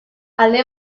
alde